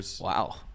wow